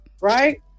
right